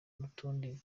n’utundi